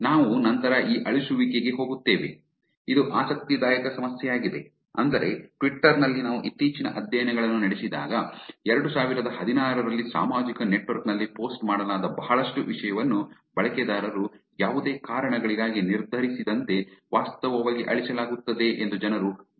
ನಾವು ನಂತರ ಈ ಅಳಿಸುವಿಕೆಗೆ ಹೋಗುತ್ತೇವೆ ಇದು ಆಸಕ್ತಿದಾಯಕ ಸಮಸ್ಯೆಯಾಗಿದೆ ಅಂದರೆ ಟ್ವಿಟರ್ ನಲ್ಲಿ ನಾವು ಇತ್ತೀಚಿನ ಅಧ್ಯಯನಗಳನ್ನು ನಡೆಸಿದಾಗ 2016 ರಲ್ಲಿ ಸಾಮಾಜಿಕ ನೆಟ್ವರ್ಕ್ ನಲ್ಲಿ ಪೋಸ್ಟ್ ಮಾಡಲಾದ ಬಹಳಷ್ಟು ವಿಷಯವನ್ನು ಬಳಕೆದಾರರು ಯಾವುದೇ ಕಾರಣಗಳಿಗಾಗಿ ನಿರ್ಧರಿಸಿದಂತೆ ವಾಸ್ತವವಾಗಿ ಅಳಿಸಲಾಗುತ್ತದೆ ಎಂದು ಜನರು ನೋಡಿದ್ದಾರೆ